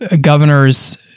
governors